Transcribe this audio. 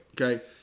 Okay